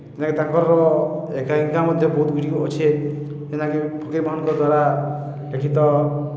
ଜେନ୍ଟାକି ତାଙ୍କର ଏକାଙ୍କିକା ମଧ୍ୟ ବହୁତ ଗୁଡ଼ିକ ଅଛେ ଯେନ୍ତାକି ଫକୀରମୋହନଙ୍କ ଦ୍ୱାରା ଲେଖିତ